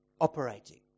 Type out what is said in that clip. operating